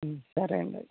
ఆ సరే అండి